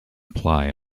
apply